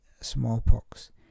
smallpox